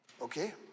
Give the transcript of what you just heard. Okay